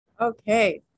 Okay